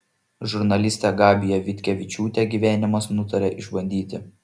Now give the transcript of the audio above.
žurnalistę gabiją vitkevičiūtę gyvenimas nutarė išbandyti